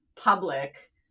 public